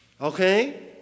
Okay